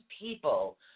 people